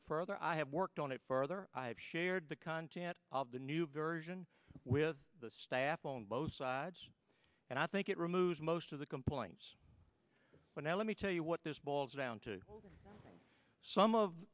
it further i have worked on it further i've shared the content of the new version with the staff known both sides and i think it removes most of the complaints well now let me tell you what this boils down to some of